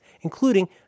including